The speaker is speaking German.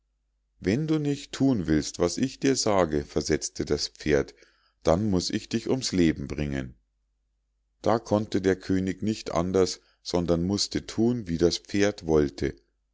wenn du nicht thun willst was ich dir sage versetzte das pferd dann muß ich dich ums leben bringen da konnte der könig nicht anders sondern mußte thun wie das pferd wollte